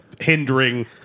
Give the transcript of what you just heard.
hindering